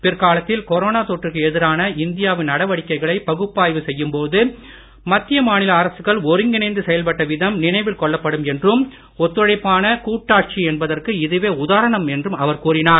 பிற்காலத்தில் கொரோனா தொற்றுக்கு எதிரான இந்தியா வின் நடவடிக்கைகளை பகுப்பாய்வு செய்யும்போது மத்திய மாநில அரசுகள் ஒருங்கிணைந்து செயல்பட்ட விதம் நினைவில் கொள்ளப்படும் என்றும் ஒத்துழைப்பான கூட்டாட்சி என்பதற்கு இதுவே உதாரணம் என்றும் அவர் கூறினார்